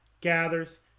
gathers